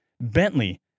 Bentley